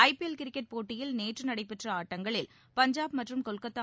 ஜ P L cricket போட்டியில் நேற்று நடைபெற்ற ஆட்டங்களில் பஞ்சாப் மற்றும் கொல்கத்தா